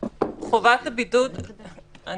צר לי